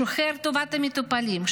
שוחר טובת המטופלים,